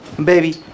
baby